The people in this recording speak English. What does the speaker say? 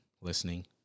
listening